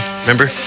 Remember